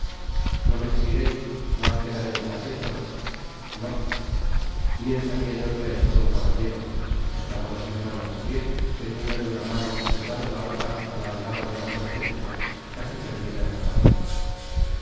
no me seguireis no os quedareis en acecho no bien sabia yo que erais todo un caballero esclamó la señora bonacieux tendiéndole una mano y llevando la otra á la aldaba de una puertecilla casi perdida en la pared